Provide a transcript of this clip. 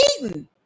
eaten